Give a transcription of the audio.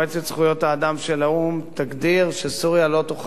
האו"ם תגדיר שסוריה לא תוכל להתקבל כחברה.